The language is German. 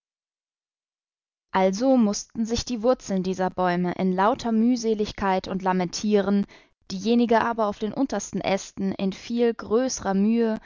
also mußten sich die wurzeln dieser bäume in lauter mühseligkeit und lamentieren diejenige aber auf den untersten ästen in viel größrer mühe